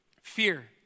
Fear